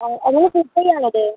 അതിന് സിബ്ബല്ലേ ഉള്ളത്